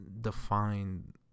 define